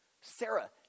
Sarah